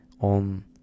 on